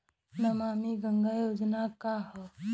नमामि गंगा योजना का ह?